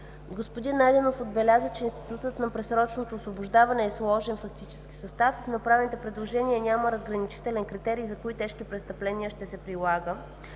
Господин Найденов отбеляза, че институтът на предсрочното освобождаване е сложен фактически състав и в направените предложения няма разграничителен критерий за кои тежки престъпления ще се прилага